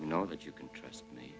you know that you can trust me